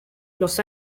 los